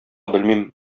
белмим